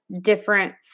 different